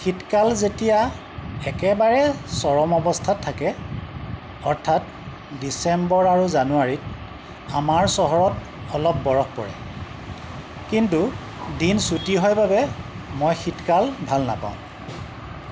শীতকাল যেতিয়া একেবাৰে চৰম অৱস্থাত থাকে অৰ্থাৎ ডিচেম্বৰ আৰু জানুৱাৰীত আমাৰ চহৰত অলপ বৰফ পৰে কিন্তু দিন চুটি হয় বাবে মই শীতকাল ভাল নাপাওঁ